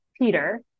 Peter